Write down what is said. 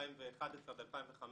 2011-2015